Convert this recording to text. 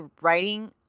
writing